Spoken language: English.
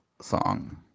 song